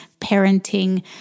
parenting